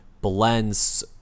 blends